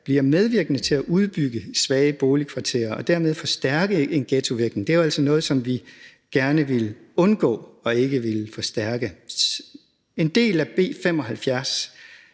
bliver medvirkende til at udbygge svage boligkvarterer og dermed forstærke en ghettovirkning. Det var ellers noget, som vi gerne ville undgå og ikke forstærke. En del af B